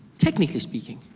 technically speaking.